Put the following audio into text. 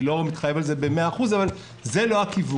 אני לא מתחייב על זה במאה אחוז אבל זה לא הכיוון.